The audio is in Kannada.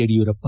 ಯಡಿಯೂರಪ್ಪ